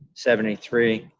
seventy three,